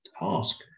ask